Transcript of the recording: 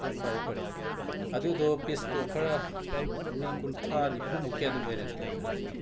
ꯍꯣ ꯐꯔꯦ ꯐꯔꯦ ꯑꯗꯨꯗꯣ ꯄꯤꯁꯇꯣ ꯈꯔ ꯃꯤ ꯀꯨꯟꯊ꯭ꯔꯥ ꯅꯤꯐꯨꯃꯨꯛꯀꯤ ꯑꯗꯨꯝ ꯑꯦꯔꯦꯟꯁ ꯇꯧꯖꯔꯖꯅꯤ